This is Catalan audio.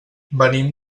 venim